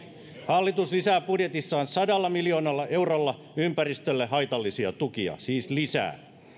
hallitus lisää budjetissaan sadalla miljoonalla eurolla ympäristölle haitallisia tukia siis lisää